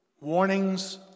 Warnings